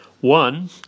One